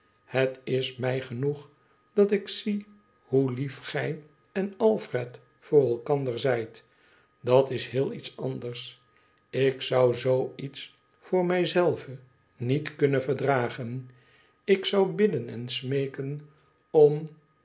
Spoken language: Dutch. het is mij genoeg dat ik zie hoe lief gij en alfred voor elkander zijt dat is heel iets anders ik zou zoo iets voor mij zelve niet kunnen verdragen ik zou bidden en smeeken om